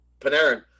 Panarin